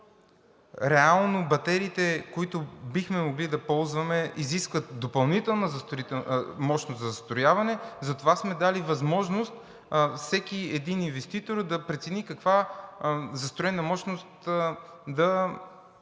реално батериите, които бихме могли да ползваме, изискват допълнителна мощност за застрояване, затова сме дали възможност всеки един инвеститор да прецени каква застроена мощност да